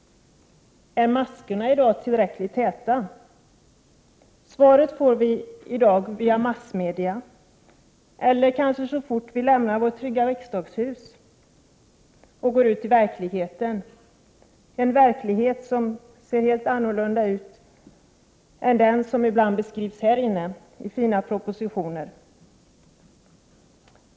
Är maskorna i dag tillräckligt täta? Svaret får vi varje dag i massmedia, eller kanske så fort vi lämnar vårt trygga riksdagshus och kommer ut i verkligheten, en verklighet som ser helt annorlunda ut än den som ibland beskrivs här och i fina propositioner.